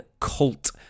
Cult